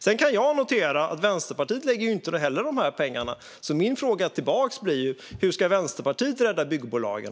Sedan kan jag notera att inte heller Vänsterpartiet lägger de pengarna. Min fråga tillbaka blir: Hur ska Vänsterpartiet rädda byggbolagen?